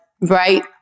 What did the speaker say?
right